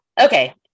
okay